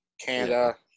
Canada